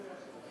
אני